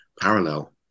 parallel